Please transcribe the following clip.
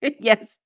Yes